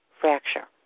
fracture